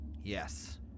Yes